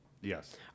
Yes